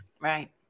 right